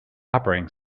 operating